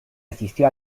asistió